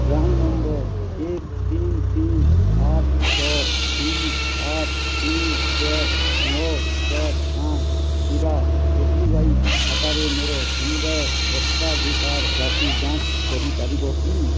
PRAN number ଏକ ତିନି ତିନି ଆଠ ଛଅ ଦୁଇ ଆଠ ତିନି ଚାରି ନଅ ଚାରି ପାଞ୍ଚ ଥିବା ଏ ପି ୱାଇ ଖାତାରେ ମୋର ସମୁଦାୟ ସ୍ୱତ୍ୱାଧିକାର ରାଶି ଯାଞ୍ଚ କରିପାରିବ କି